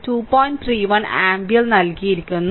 31 ampere നൽകിയിരിക്കുന്നു